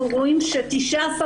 אנחנו רואים ש-19%